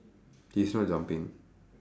he's not jumping